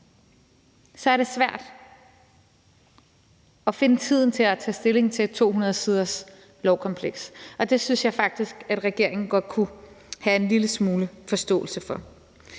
så er det svært at finde tiden til at tage stilling til et 200-siders lovkompleks. Og det synes jeg faktisk at regeringen godt kunne have en lille smule forståelse for.